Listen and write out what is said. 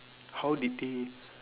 how did they